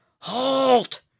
halt